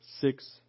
Six